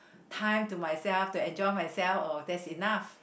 time to myself to enjoy myself oh that's enough